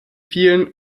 vielen